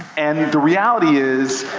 and the reality is,